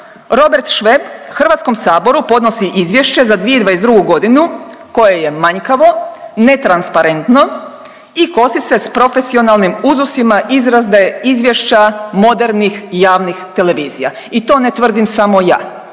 Robert Šveb HS podnosi izvješće za '22.g. koje je manjkavo, netransparentno i kosi se s profesionalnim uzusima izrade izvješća modernih i javnih televizija i to ne tvrdim samo ja,